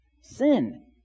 Sin